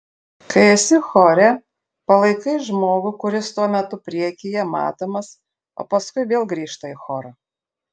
kai esi chore palaikai žmogų kuris tuo metu priekyje matomas o paskui vėl grįžta į chorą